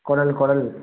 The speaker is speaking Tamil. குடல் குடல்